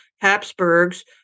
Habsburgs